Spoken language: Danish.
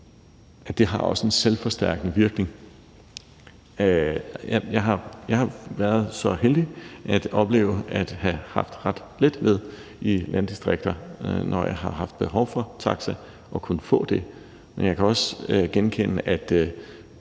at det også har en selvforstærkende virkning. Jeg har været så heldig at opleve at have haft ret let ved i landdistrikter at kunne få en taxa, når jeg har haft behov for det, men jeg kan også genkende, at